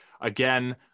again